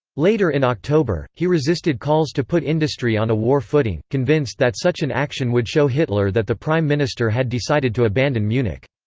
later in october, he resisted calls to put industry on a war footing, convinced that such an action would show hitler that the prime minister had decided to abandon munich.